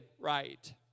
right